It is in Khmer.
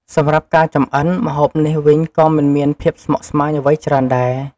សម្រាប់ការចម្អិន ម្ហូបនេះវិញក៏មិនមានភាពស្មុគស្មាញអ្វីច្រើនដែរ។